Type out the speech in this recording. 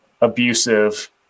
abusive